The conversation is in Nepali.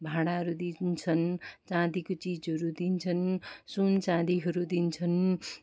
भाँडाहरू दिन्छन् चाँदीको चिजहरू दिन्छन् सुन चाँदीहरू दिन्छन्